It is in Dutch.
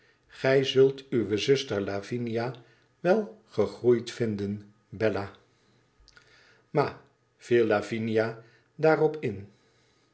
gij zult uwe zuster lavinia wel gegroeid vinden bella ima viel lavinia daarop m